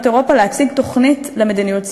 אירופה להציג תוכנית למדיניות צעירים.